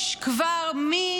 יש כבר מי